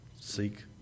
seek